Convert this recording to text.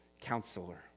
counselor